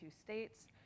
states